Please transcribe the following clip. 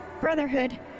Brotherhood